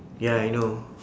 ya I know